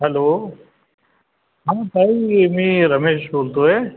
hello हा ताई मी रमेश बोलतो आहे